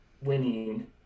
winning